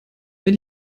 wenn